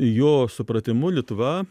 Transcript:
jo supratimu litva